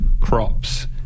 crops